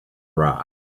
rock